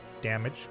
damage